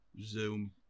zoom